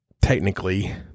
Technically